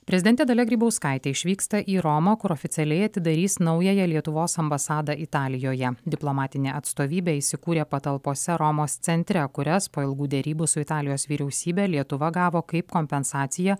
prezidentė dalia grybauskaitė išvyksta į romą kur oficialiai atidarys naująją lietuvos ambasadą italijoje diplomatinė atstovybė įsikūrė patalpose romos centre kurias po ilgų derybų su italijos vyriausybe lietuva gavo kaip kompensaciją